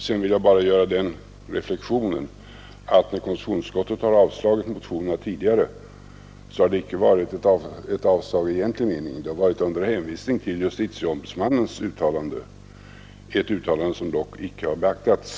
Sedan vill jag bara göra den reflexionen att det när konstitutionsutskottet tidigare avstyrkt motionerna i denna fråga icke har varit fråga om ett avstyrkande i egentlig mening utan att det har skett under hänvisning till justitieombudsmannens uttalande, som dock i praktiken tyvärr icke har beaktats.